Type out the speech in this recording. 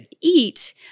eat